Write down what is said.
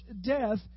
death